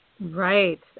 Right